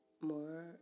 more